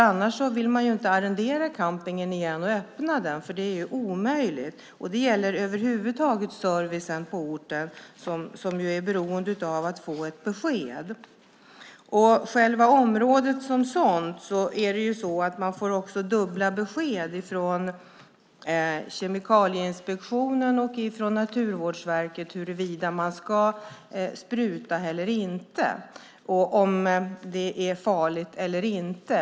Annars vill ingen arrendera campingen och öppna den igen, för det är omöjligt. Det gäller över huvud taget servicen på orten, som är beroende av att få ett besked. När det gäller själva området som sådant får man dubbla besked från Kemikalieinspektionen och Naturvårdsverket om huruvida det ska sprutas eller inte och om det är farligt eller inte.